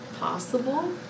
possible